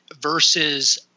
versus